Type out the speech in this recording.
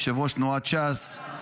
יושב-ראש תנועת ש"ס,